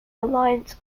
alliance